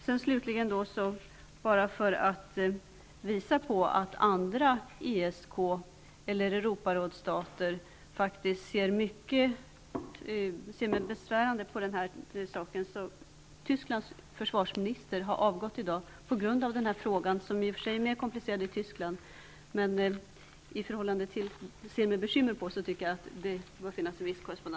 Slutligen vill jag, för att visa att andra ESK-stater eller Europarådsstater faktiskt ser denna sak som besvärande, nämna att Tysklands försvarsminister i dag har avgått på grund av denna fråga, som i och för sig är mer komplicerad i Tyskland. Jag tycker emellertid att det bör finnas en viss korrespondens när det gäller att vara bekymrad.